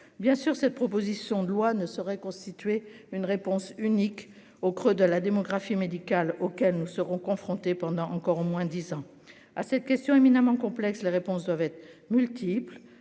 bien sûr, cette proposition de loi ne saurait constituer une réponse unique au creux de la démographie médicale auxquels nous serons confrontés pendant encore au moins 10 ans à cette question éminemment complexe les réponses doivent être multiples